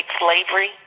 slavery